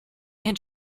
and